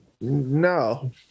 no